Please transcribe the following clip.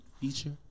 feature